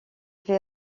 fait